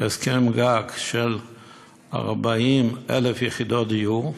הסכם גג של 40,000 יחידות דיור,